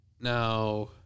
now